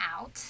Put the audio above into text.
out